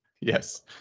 yes